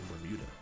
Bermuda